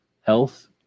health